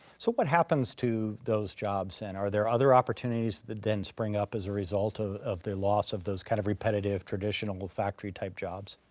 so what happens to those jobs, then? and are there other opportunities that then spring up as a result of of the loss of those kind of repetitive, traditional factory type jobs?